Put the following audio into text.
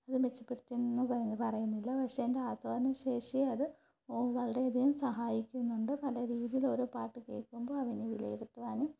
അത് മെച്ചപ്പെടുത്തിയെന്ന് പറയുന്നില്ല പക്ഷേ എൻ്റെ ആസ്വാദന ശേഷിയേ അത് വളരെ അധികം സഹായിക്കുന്നുണ്ട് പലരീതിയിലോരോ പാട്ട് കേൾക്കുമ്പോള് അതിനെ വിലയിരുത്തുവാനും